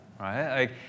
right